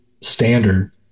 standard